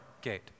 gate